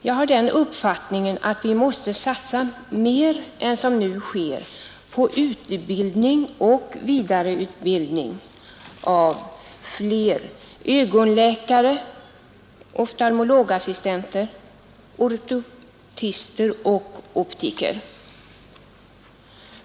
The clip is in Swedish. Jag har den uppfattningen att vi måste satsa mer än som nu sker på utbildning och vidareutbildning av fler ögonläkare, oftalmologassistenter, ortoptister och optiker.